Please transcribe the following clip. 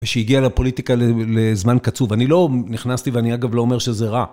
ושהגיעה לפוליטיקה לזמן קצוב, אני לא נכנסתי ואני אגב לא אומר שזה רע.